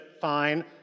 fine